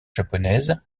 japonaises